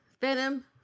Venom